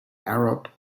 arab